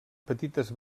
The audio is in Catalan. petites